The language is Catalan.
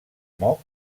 moc